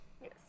yes